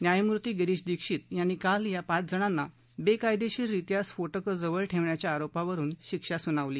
न्यायमूर्ती गिरीश दिक्षित यांनी काल या पाचजणांना बेकायदेशीर रीत्या स्फोटकं जवळ ठेवण्याच्या आरोपावरुन शिक्षा सुनावली